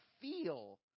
feel